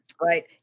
right